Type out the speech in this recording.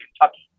Kentucky